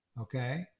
okay